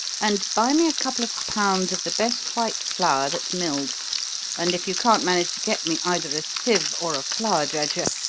and buy me a couple of pounds of the best white flour that's milled and if you can't manage to get me either a sieve or a flour dredger,